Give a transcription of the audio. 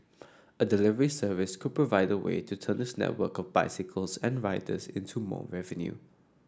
a delivery service could provide a way to turn its network of bicycles and riders into more revenue